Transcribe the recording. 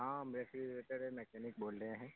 ہاں refrigerator mechanic بول رہے ہیں